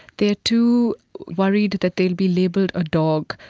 they are too worried that they'll be labelled a dog,